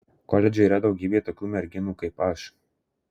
koledže yra daugybė tokių merginų kaip aš